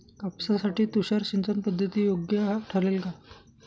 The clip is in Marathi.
कापसासाठी तुषार सिंचनपद्धती योग्य ठरेल का?